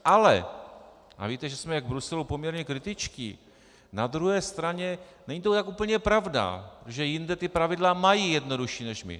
Ale a víte, že jsme k Bruselu poměrně kritičtí na druhé straně není to tak úplně pravda, protože jinde ta pravidla mají jednodušší než my.